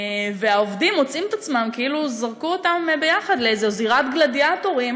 והעובדים מוצאים את עצמם כאילו זרקו אותם יחד לאיזו זירת גלדיאטורים,